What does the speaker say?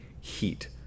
heat